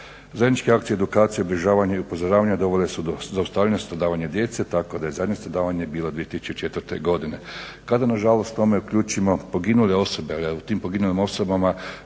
Zajedničke akcije edukacija … i upozoravanja dovele su do zaustavljanja stradavanja djece tako da je zadnje stradavanje bilo 2004. godine. Kada nažalost tome uključimo poginule osobe, ali u te poginule osobe